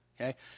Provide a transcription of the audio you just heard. okay